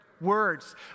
Words